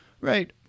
right